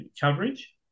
coverage